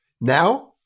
Now